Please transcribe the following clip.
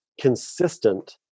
consistent